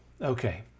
Okay